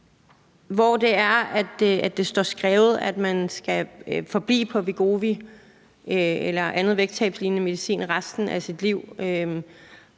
hvor det er, det står skrevet, at man skal forblive på Wegovy eller på andet vægttabslignende medicin resten af ens liv.